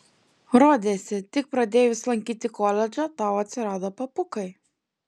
rodėsi tik pradėjus lankyti koledžą tau atsirado papukai